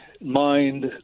mind